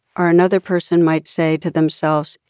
or another person might say to themselves,